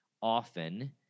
often